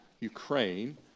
Ukraine